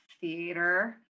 theater